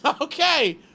Okay